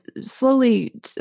slowly